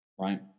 right